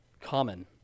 common